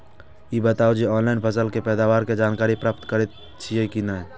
ई बताउ जे ऑनलाइन फसल के पैदावार के जानकारी प्राप्त करेत छिए की नेय?